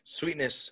Sweetness